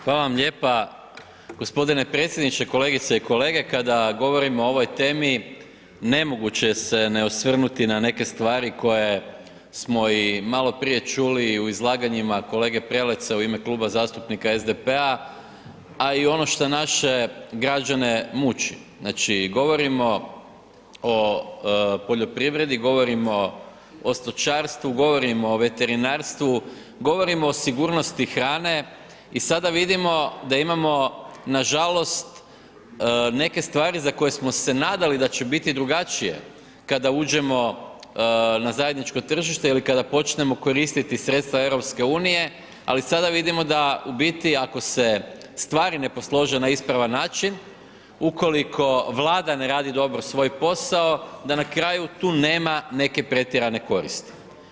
Hvala vam lijepa gospodine predsjedniče, kolegice i kolege kada govorimo o ovoj temi nemoguće se ne osvrnuti na neke stvari koje smo i maloprije čuli i u izlaganjima kolege Preleca u ime Kluba zastupnika SDP-a, a i ono što naše građane muči znači govorimo o poljoprivredi, govorimo o stočarstvu, govorimo o veterinarstvu, govorimo o sigurnosti hrane i sada vidimo da imamo nažalost neke stvari za koje smo se nadali da će biti drugačije kada uđemo na zajedničko tržište ili kada počnemo koristiti sredstva EU, ali sada vidimo da u biti ako se stvari ne poslože na ispravan način, ukoliko Vlada ne radi dobro svoj posao da na kraju tu nema neke pretjerane koristi.